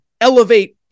elevate